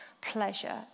pleasure